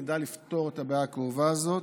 נדע לפתור את הבעיה הכאובה הזאת,